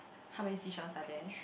how many sea shells are there